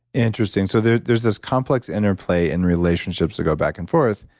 interesting. so, there's there's this complex interplay in relationships that go back and forth.